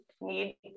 need